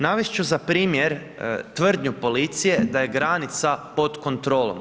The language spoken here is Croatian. Navest ću za primjer tvrdnju policije da je granica pod kontrolom.